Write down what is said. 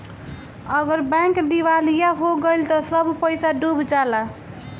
अगर बैंक दिवालिया हो गइल त सब पईसा डूब जाला